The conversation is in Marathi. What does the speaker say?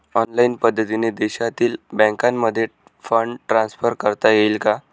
ऑनलाईन पद्धतीने देशातील बँकांमध्ये फंड ट्रान्सफर करता येईल का?